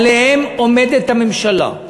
עליהם עומדת הממשלה,